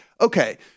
okay